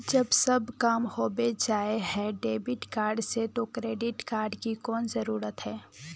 जब सब काम होबे जाय है डेबिट कार्ड से तो क्रेडिट कार्ड की कोन जरूरत है?